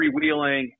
freewheeling